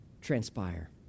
transpire